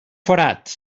forat